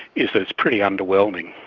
is that it's pretty underwhelming.